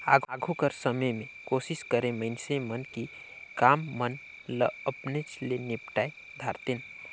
आघु कर समे में कोसिस करें मइनसे मन कि काम मन ल अपनेच ले निपटाए धारतेन